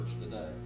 today